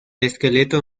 esqueleto